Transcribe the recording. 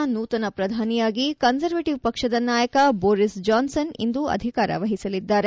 ಬ್ರಿಟನ್ನ ನೂತನ ಪ್ರಧಾನಿಯಾಗಿ ಕನ್ಸರ್ವೇಟವ್ ಪಕ್ಷದ ನಾಯಕ ಬೋರಿಸ್ ಜಾನ್ಸ್ನ್ ಇಂದು ಅಧಿಕಾರವಹಿಸಲಿದ್ದಾರೆ